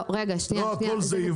לא הכול זה יבוא, לא הכול זה יבוא.